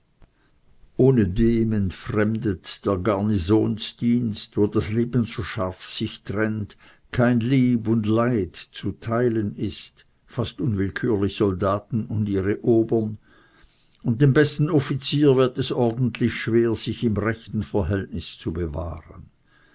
ohnedem entfremdet der garnisonsdienst wo das leben so scharf sich trennt kein lieb und leid zu teilen ist fast unwillkürlich soldaten und ihre obern und dem besten offizier wird es ordentlich schwer sich im rechten verhältnisse zu bewahren